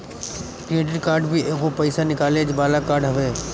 credit card भी एगो पईसा निकाले वाला कार्ड हवे